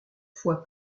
fois